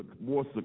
more